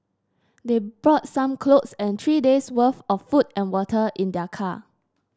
they brought some clothes and three days worth of food and water in their car